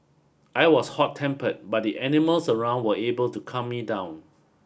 I was hot tempered but the animals around were able to calm me down